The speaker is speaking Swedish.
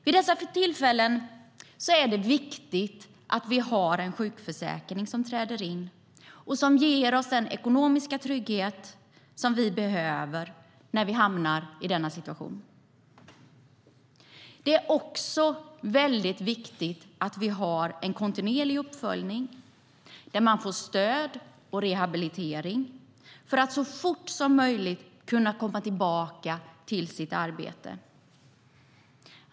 Vid dessa tillfällen är det viktigt att vi har en sjukförsäkring som träder in och som ger oss den ekonomiska trygghet vi behöver. Det är också viktigt att vi har en kontinuerlig uppföljning där man får stöd och rehabilitering för att så fort som möjligt komma tillbaka till arbetet.